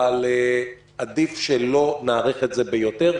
אבל עדיף שלא נאריך את זה ביותר,